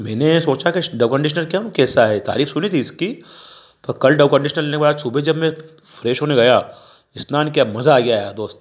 मैंने सोचा कि डव कंडीशनर क्यों कैसा है तारीफ सुनी थी इसकी पर कल डव कंडीशनर लेने के बाद सुबह जब मैं फ्रेश होने गया स्नान किया मजा आ गया यार दोस्त